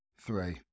three